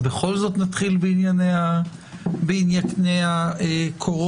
אז בכל זאת נתחיל בענייני הקורונה.